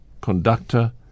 conductor